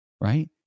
right